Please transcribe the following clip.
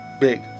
big